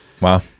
Wow